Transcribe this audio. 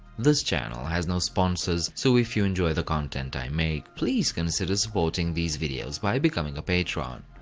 this channel has no sponsors, so if you enjoy the content i make, please consider supporting these videos by becoming a patron.